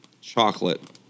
chocolate